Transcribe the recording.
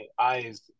eyes